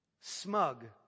Smug